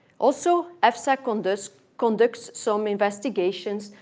also, efsa conducts conducts some investigations,